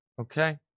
Okay